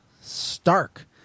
Stark